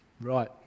Right